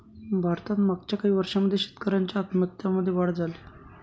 भारतात मागच्या काही वर्षांमध्ये शेतकऱ्यांच्या आत्महत्यांमध्ये वाढ झाली आहे